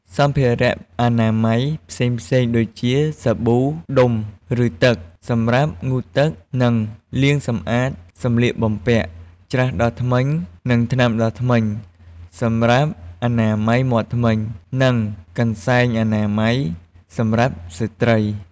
សម្ភារៈអនាម័យផ្សេងៗ ដូចជា សាប៊ូដុំឬទឹក សម្រាប់ងូតទឹក និងលាងសម្អាតសម្លៀកបំពាក់ ច្រាសដុសធ្មេញ និងថ្នាំដុសធ្មេញ សម្រាប់អនាម័យមាត់ធ្មេញ និង កន្សែងអនាម័យ សម្រាប់ស្ត្រី។